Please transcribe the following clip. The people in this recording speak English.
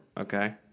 Okay